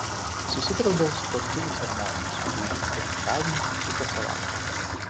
susitariau dėl sutuoktuvių ceremonijos kuri įvyks ketvirtadienį kitą savaitę